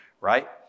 Right